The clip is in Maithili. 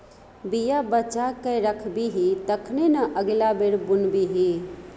बीया बचा कए राखबिही तखने न अगिला बेर बुनबिही